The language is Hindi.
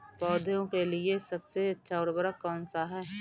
पौधों के लिए सबसे अच्छा उर्वरक कौनसा हैं?